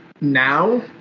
now